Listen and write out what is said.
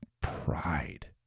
pride